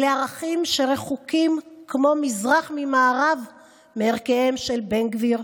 אלה ערכים שרחוקים כמו מזרח ממערב מערכיהם של בן גביר,